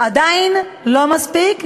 עדיין לא מספיק,